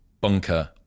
Bunker